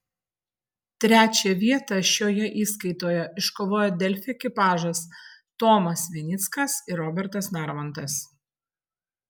trečią vietą šioje įskaitoje iškovojo delfi ekipažas tomas vinickas ir robertas narmontas